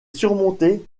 surmontée